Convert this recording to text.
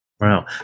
Wow